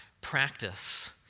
practice